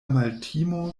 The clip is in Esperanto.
maltimo